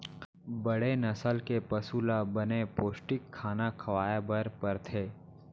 बड़े नसल के पसु ल बने पोस्टिक खाना खवाए बर परथे